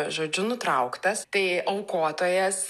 žodžiu nutrauktas tai aukotojas